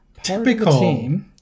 typical